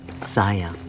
Saya